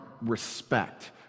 respect